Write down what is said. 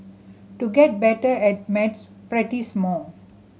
to get better at maths practise more